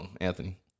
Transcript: Anthony